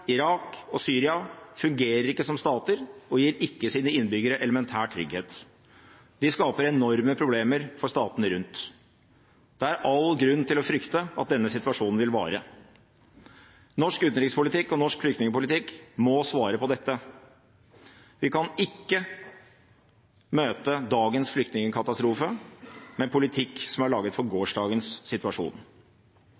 Irak og Syria fungerer ikke som stater og gir ikke sine innbyggere elementær trygghet. De skaper enorme problemer for statene rundt. Det er all grunn til å frykte at denne situasjonen vil vare. Norsk utenrikspolitikk og norsk flyktningpolitikk må svare på dette. Vi kan ikke møte dagens flyktningkatastrofe med en politikk som er laget for gårsdagens situasjon.